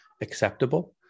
acceptable